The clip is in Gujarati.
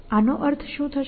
આનો અર્થ શું થશે